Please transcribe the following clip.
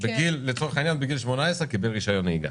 לצורך העניין בגיל 18 הוא קיבל רישיון נהיגה,